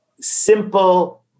simple